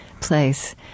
place